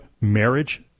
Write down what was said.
marriage